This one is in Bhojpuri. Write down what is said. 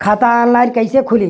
खाता ऑनलाइन कइसे खुली?